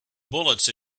bullets